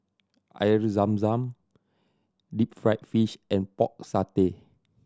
Air Zam Zam deep fried fish and Pork Satay